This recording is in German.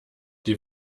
die